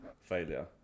failure